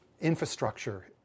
infrastructure